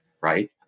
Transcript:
right